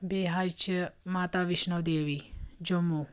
بیٚیہِ حظ چھِ ماتاویشنو دیوی جموں